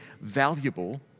valuable